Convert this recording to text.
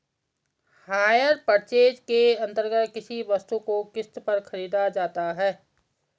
higher purchase के अंतर्गत किसी वस्तु को किस्त पर खरीदा जाता है